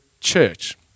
church